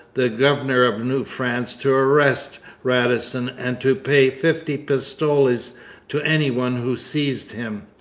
the governor of new france, to arrest radisson and to pay fifty pistoles to anyone who seized him.